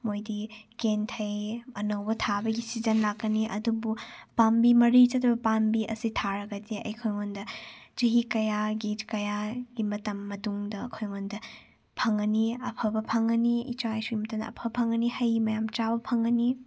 ꯃꯣꯏꯗꯤ ꯀꯦꯟꯊꯩ ꯑꯅꯧꯕ ꯊꯥꯕꯒꯤ ꯁꯤꯖꯟ ꯂꯥꯛꯀꯅꯤ ꯑꯗꯨꯕꯨ ꯄꯥꯝꯕꯤ ꯃꯔꯤ ꯆꯠꯇꯕ ꯄꯥꯝꯕꯤ ꯑꯁꯤ ꯊꯥꯔꯒꯗꯤ ꯑꯩꯈꯣꯏꯉꯣꯟꯗ ꯆꯍꯤ ꯀꯌꯥꯒꯤ ꯀꯌꯥꯒꯤ ꯃꯇꯝ ꯃꯇꯨꯡꯗ ꯑꯩꯈꯣꯏꯉꯣꯟꯗ ꯐꯪꯒꯅꯤ ꯑꯐꯕ ꯐꯪꯒꯅꯤ ꯏꯆꯥ ꯏꯁꯨꯒꯤ ꯃꯇꯝꯗ ꯑꯐꯕ ꯐꯪꯒꯅꯤ ꯍꯩ ꯃꯌꯥꯝ ꯆꯥꯕ ꯐꯪꯒꯅꯤ